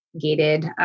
gated